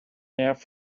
africa